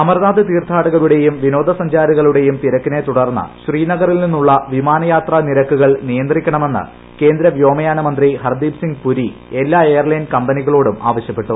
അമർനാഥ് തീർത്ഥാടകരുടെയും വിനോദ സഞ്ചാരികളുടെയും തിരക്കിനെ തുടർന്ന് ശ്രീനഗറിൽ നിന്നുള്ള വിമാനയാത്ര നിരക്കുകൾ നിയന്ത്രിക്കണ മെന്ന് കേന്ദ്ര വ്യോമയാനമന്ത്രി ഹർദ്ദീപ് സിംഗ് പുരി എല്ലാ എയർലൈൻ കമ്പനികളോടും ആവശ്യപ്പെട്ടു